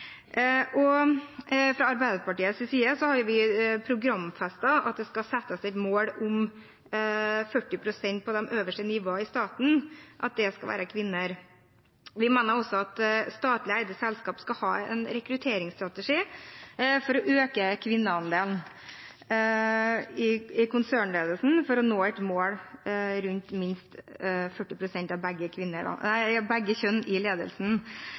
Fra Arbeiderpartiets side har vi programfestet et mål om 40 pst. kvinner på de øverste nivåene i staten. Vi mener også at statlig eide selskaper skal ha en rekrutteringsstrategi for å øke kvinneandelen i konsernledelsen, for å nå et mål på minst 40 pst. av hvert kjønn i ledelsen. Men vi har også ønsket at regjeringen skal fremme en rekrutteringsstrategi for kvinner i ledelsen